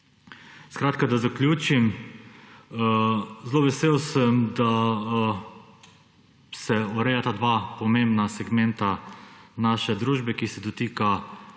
Skratka, da zaključim. Zelo vesel sem, da se urejata dva pomembna segmenta naše družbe, ki se dotikata